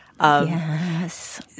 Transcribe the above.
Yes